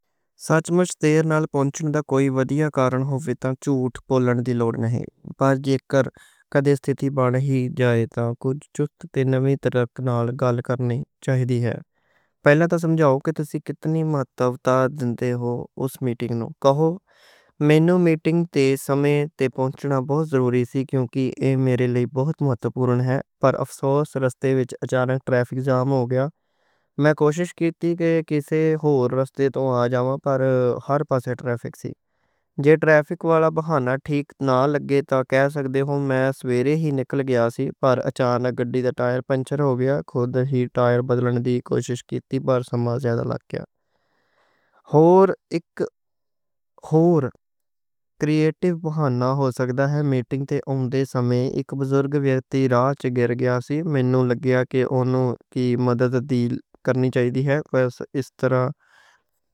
سچ مُچ دیر نال پہنچن دا کوئی وَدیا کارن ہووے تاں جھوٹ بولن دی لوڑ نئیں۔ پر جے کدے ستھِتی بن جائے تاں کُجھ چست تے نویں طریقے نال گل کرنی چاہیدی۔ ہی پہلا تاں سمجھو کہ تُسی کِنّی مہتّتا دِندے ہو اُس میٹنگ نوں۔ کہو: میں نوں میٹنگ تے سمے تے پہنچنا بہت ضروری سی، کیونکہ ایہ میرے لئی بہت مہتوپورن اے، پر افسوس رستے وچ ٹریفک جام ہو گیا۔ میں کوشش کیتی کہ کسے ہور رستے توں آ جاواں، پر ہر پاسے ٹریفک سی۔ جے ٹریفک والا بہانہ ٹھیک نہ لگے تاں کہہ سکدے ہو: میں سویرے ہی نکل گیا ساں پر گاڑی دے ٹائر پنکچر ہو گئے، خود ہی ٹائر بدلن دی کوشش کیتی پر سمیں زیادہ لگ گیا۔ ہور اک ہور کریئیٹو بہانہ ہو سکدا اے: میٹنگ تے اُندے سمے اک بزرگ ویکتی راہ چ گر گیا سی، مینوں لگیا کہ اُنہاں دی مدد کرنی چاہیدی۔